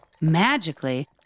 Magically